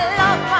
love